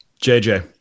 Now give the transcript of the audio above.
JJ